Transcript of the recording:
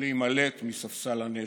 להימלט מספסל הנאשמים.